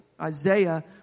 Isaiah